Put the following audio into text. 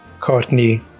Courtney